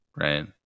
right